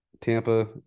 Tampa